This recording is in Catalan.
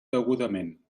degudament